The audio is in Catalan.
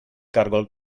caragol